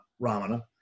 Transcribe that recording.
Ramana